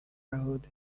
road